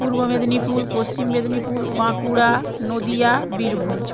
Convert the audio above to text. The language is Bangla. পূর্ব মেদিনীপুর পশ্চিম মেদিনীপুর বাঁকুড়া নদিয়া বীরভূম